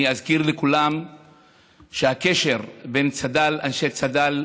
אני אזכיר לכולם שהקשר בין אנשי צד"ל